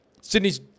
Sydney's